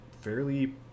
fairly